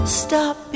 stop